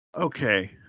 Okay